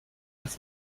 was